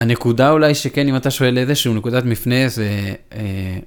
הנקודה אולי שכן אם אתה שואל איזה שהוא נקודת מפנה זה.